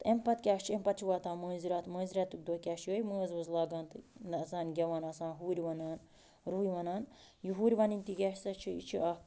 تہٕ أمۍ پَتہٕ کیٛاہ چھِ أمۍ پَتہٕ چھِ واتان مٲنٛز راتھ مٲنٛزریٚتُن دۄہ کیٛاہ چھِ یِہٕے مٲنٛز وٲنٛز لاگان تہٕ زَنٛنہِ گٮ۪وان آسان ہُرۍ وَنان رۄہ وَنان یہِ ہُرۍ وَنُن تہِ کیٛاہ سا چھِ یہِ چھِ اَکھ